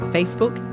Facebook